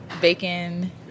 Bacon